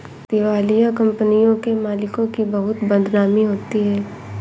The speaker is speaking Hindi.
दिवालिया कंपनियों के मालिकों की बहुत बदनामी होती है